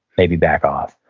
maybe back off.